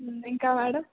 ఇంకా మేడం